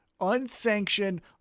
unsanctioned